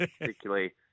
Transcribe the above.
particularly